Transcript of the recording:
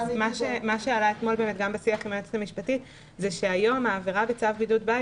מה שעלה אתמול גם בשיח עם היועצת המשפטית זה שהיום העבירה בצו בידוד בית